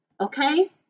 okay